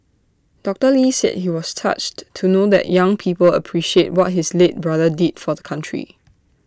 doctor lee said he was touched to know that young people appreciate what his late brother did for the country